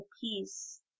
piece